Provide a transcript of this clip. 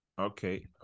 Okay